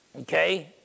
Okay